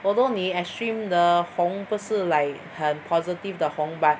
although 你 extreme 的红不是 like 很 positive 的红 but